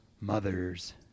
mother's